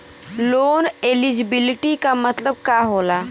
Loan eligibility का मतलब का होला?